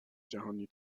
جهانی